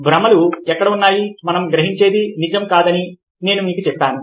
భ్రమలు ఎక్కడ ఉన్నాయి మనం గ్రహించేది నిజం కాదని నేను మీకు చెప్పాను